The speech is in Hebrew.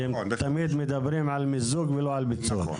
הם תמיד מדברים על מיזוג ולא על פיצול.